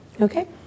Okay